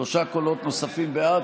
שלושה קולות נוספים בעד,